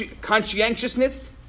Conscientiousness